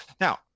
now